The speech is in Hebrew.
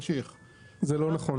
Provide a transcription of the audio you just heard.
זה לא נכון.